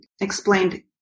explained